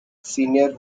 senior